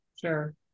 Sure